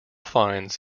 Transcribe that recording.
finds